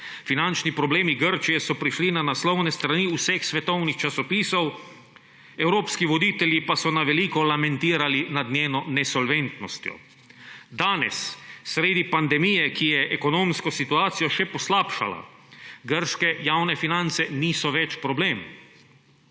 Finančni problemi Grčije so prišli na naslovne strani vseh svetovnih časopisov, evropski voditelji pa so na veliko lamentirali nad njeno nesolventnostjo. Danes, sredi pandemije, ki je ekonomsko situacijo še poslabšala, grške javne finance niso več problem.